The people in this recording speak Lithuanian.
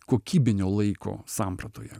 kokybinio laiko sampratoje